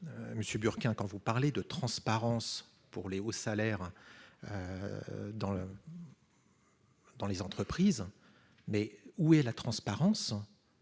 monsieur Bourquin, vous invoquez la transparence pour les hauts salaires dans les entreprises, mais où est la transparence